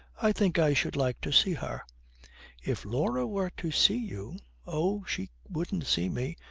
i think i should like to see her if laura were to see you oh, she wouldn't see me.